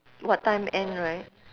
what time end right